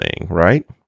right